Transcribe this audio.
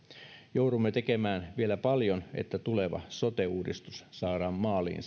joudumme tekemään vielä paljon että tuleva sote uudistus saadaan maaliin